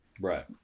right